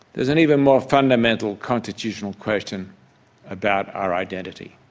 there is an even more fundamental constitutional question about our identity.